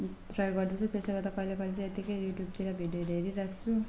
try गर्दैछु त्यसले गर्दा कहिले कहिले चाहिँ यत्तिकै युट्युबतिर भिडियोहरू हेरिराख्छु